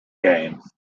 games